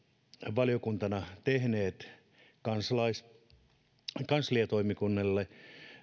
valiokuntana tehneet kansliatoimikunnalle